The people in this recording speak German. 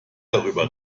drüber